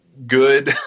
good